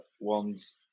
one's